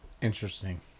Interesting